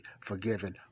forgiven